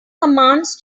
commands